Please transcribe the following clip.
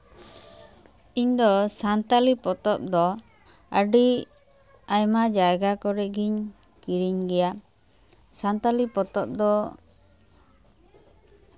ᱤᱧ ᱫᱚ ᱥᱟᱱᱛᱟᱞᱤ ᱯᱚᱛᱚᱵᱽ ᱫᱚ ᱟᱹᱰᱤ ᱟᱭᱢᱟ ᱡᱟᱭᱜᱟ ᱠᱚᱨᱮ ᱜᱤᱧ ᱠᱤᱨᱤᱧ ᱜᱮᱭᱟ ᱥᱟᱱᱛᱟᱞᱤ ᱯᱚᱛᱚᱵᱽ ᱫᱚ